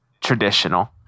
Traditional